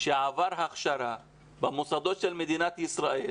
שעבר הכשרה במוסדות של מדינת ישראל,